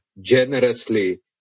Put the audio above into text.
generously